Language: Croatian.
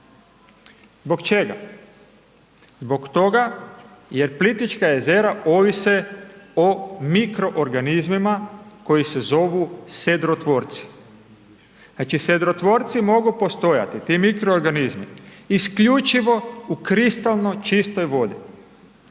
Zbog čega? Zbog toga jer Plitvička jezera ovise o mikroorganizmima koji se zovu sedrotvorci. Znači sedrotvorci mogu postojati, ti mikroorganizmi isključivo u kristalno čistoj vodi.